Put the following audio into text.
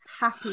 happy